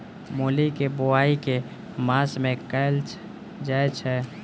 मूली केँ बोआई केँ मास मे कैल जाएँ छैय?